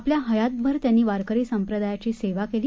आपल्या हयातभर त्यांनी वारकरी सांप्रदायाची सेवा केली